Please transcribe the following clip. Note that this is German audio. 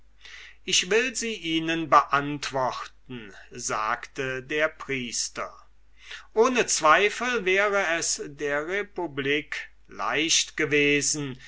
ich will sie ihnen beantworten sagte der priester ohne zweifel wäre es der republik leicht gewesen